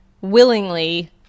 willingly